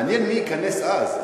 מעניין מי ייכנס אז,